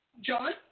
John